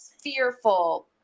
fearful